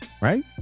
right